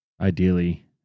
ideally